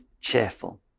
cheerful